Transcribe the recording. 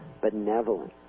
benevolent